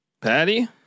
Patty